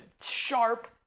sharp